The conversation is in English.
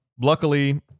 Luckily